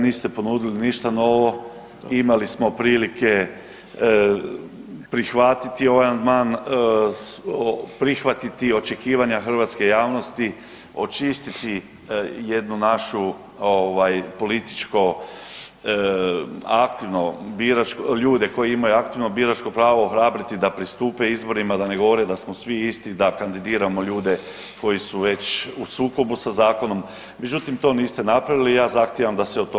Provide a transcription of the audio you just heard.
Niste ponudili ništa novo, imali smo prilike prihvatiti ovaj amandman, prihvatiti očekivanja hrvatske javnosti, očistiti jednu našu ovaj političko aktivno biračko, ljude koji imaju aktivno biračko pravo ohrabriti da pristupe izborima da ne govore da smo svi isti, da kandidiramo ljude koji su već u sukobu sa zakonom, međutim to niste napravili i ja zahtijevam da se o tome glasa.